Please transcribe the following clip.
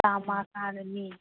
ꯆꯥꯝꯃ ꯇꯥꯔꯅꯤ